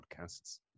podcasts